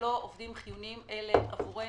שללא עובדים חיוניים אלה עבורנו,